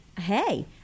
hey